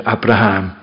Abraham